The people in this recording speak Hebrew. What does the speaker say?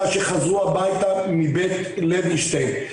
הביתה מבית לוינשטיין,